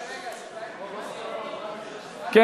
אדוני?